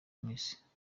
mwese